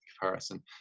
comparison